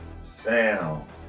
sound